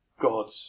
God's